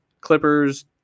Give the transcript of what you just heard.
Clippers